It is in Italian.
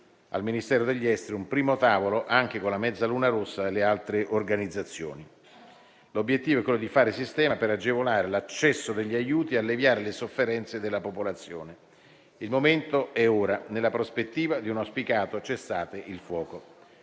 al Ministero degli affari esteri un primo tavolo anche con la Mezzaluna Rossa e con altre organizzazioni. L'obiettivo è quello di fare sistema per agevolare l'accesso degli aiuti e alleviare le sofferenze della popolazione. Il momento è ora, nella prospettiva di un auspicato cessate il fuoco.